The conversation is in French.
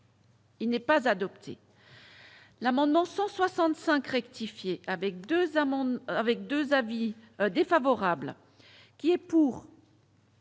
il n'est pas adoptée. L'amendement 168 rectifier avec 2 avis défavorables qui est pour.